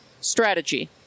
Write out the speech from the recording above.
strategy